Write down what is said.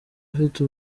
afite